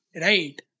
Right